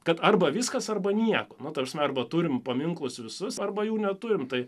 kad arba viskas arba nieko nu ta prasme arba turim paminklus visus arba jų neturim tai